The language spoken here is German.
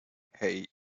hei